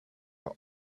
are